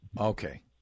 okay